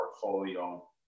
portfolio